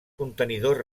contenidors